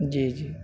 جی جی